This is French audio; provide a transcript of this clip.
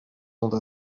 sont